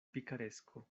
picaresco